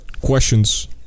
questions